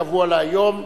הקבוע להיום,